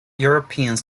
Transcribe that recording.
europeans